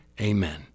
Amen